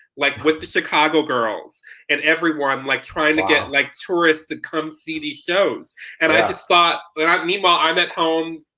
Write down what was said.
like with the chicago girls and everyone, like trying to get like tourists to come see these shows and i just thought, but um meanwhile, i'm at home,